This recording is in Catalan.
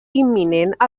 imminent